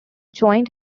joint